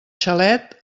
xalet